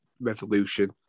Revolution